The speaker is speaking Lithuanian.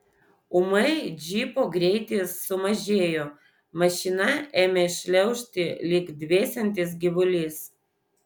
ūmai džipo greitis sumažėjo mašina ėmė šliaužti lyg dvesiantis gyvulys